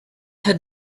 had